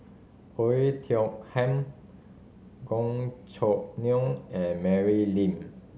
Oei Tiong Ham Gan Choo Neo and Mary Lim